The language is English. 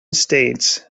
states